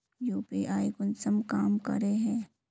UPI कुंसम काम करे है?